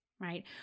right